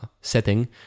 setting